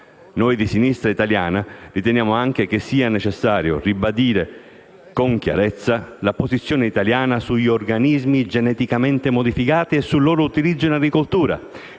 Noi di Sinistra Italiana riteniamo anche che sia necessario ribadire con chiarezza la posizione italiana sugli organismi geneticamente modificati e sul loro utilizzo in agricoltura,